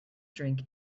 drink